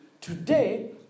Today